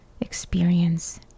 experience